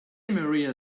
maria